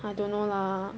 I don't know lah